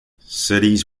cities